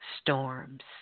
storms